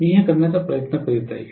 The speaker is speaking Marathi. मी हे करण्याचा प्रयत्न करीत आहे